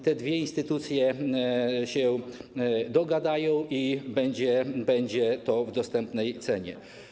Te dwie instytucje się dogadają i będzie to w dostępnej cenie.